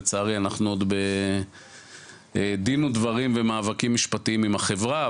לצערי אנחנו עוד בדין ודברים ומאבקים משפטיים עם החברה,